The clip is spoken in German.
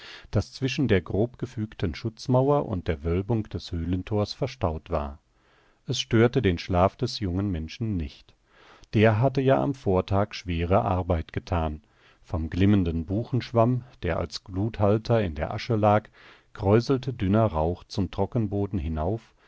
das zwischen der grobgefügten schutzmauer und der wölbung des höhlentors verstaut war es störte den schlaf des jungen menschen nicht der hatte ja am vortag schwere arbeit getan vom glimmenden buchenschwamm der als gluthalter in der asche lag kräuselte dünner rauch zum trockenboden hinauf